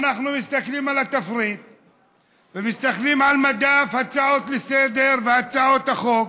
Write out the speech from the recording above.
אנחנו מסתכלים על התפריט ומסתכלים על מדף ההצעות לסדר-היום והצעות החוק,